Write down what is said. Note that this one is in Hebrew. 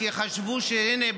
כי חשבו שהינה,